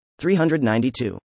392